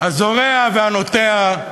הזורע והנוטע,